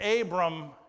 Abram